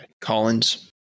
Collins